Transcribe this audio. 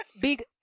big